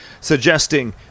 suggesting